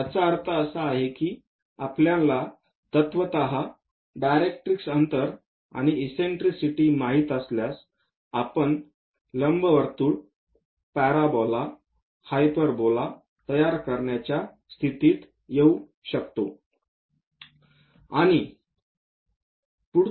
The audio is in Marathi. याचा अर्थ असा आहे की आपल्याला तत्त्वतः डायरेक्ट्रिक्स अंतर आणि इससेन्ट्रिसिटी माहित असल्यास आपण लंबवर्तुळ पॅराबोला हायपरबोला तयार करण्यास स्थितीत येऊ शकतो